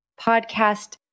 Podcast